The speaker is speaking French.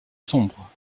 sombre